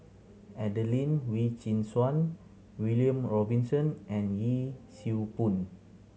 Adelene Wee Chin Suan William Robinson and Yee Siew Pun